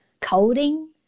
coding